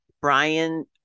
Brian